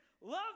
Love